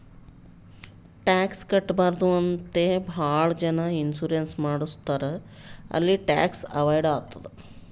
tax ಕಟ್ಬಾರ್ದು ಅಂತೆ ಭಾಳ ಜನ ಇನ್ಸೂರೆನ್ಸ್ ಮಾಡುಸ್ತಾರ್ ಅಲ್ಲಿ ಟ್ಯಾಕ್ಸ್ ಅವೈಡ್ ಆತ್ತುದ್